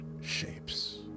shapes